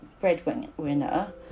breadwinner